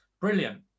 Brilliant